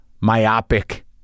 myopic